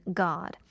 god